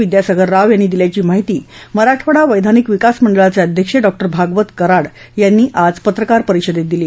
विद्यासागर राव यांनी माहिती मराठवाडा वैधानिक विकास मंडळाचे अध्यक्ष डॉ भागवत कराड यांनी आज पत्रकार परिषदेत दिली